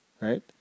right